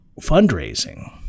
fundraising